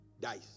Dice